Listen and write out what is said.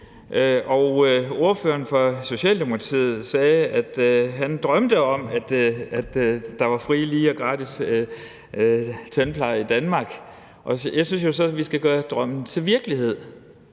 Ordføreren fra Socialdemokratiet sagde, at han drømte om, at der var fri, lige og gratis tandpleje i Danmark, og jeg synes jo så, at vi skal gøre drømmen til virkelighed,